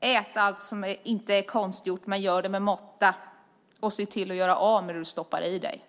han: Ät allt som inte är konstgjort, men gör det med måtta och se till att göra av med det du stoppar i dig.